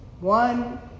One